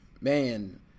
man